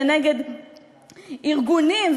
ונגד ארגונים,